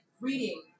reading